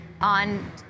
on